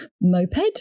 moped